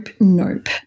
nope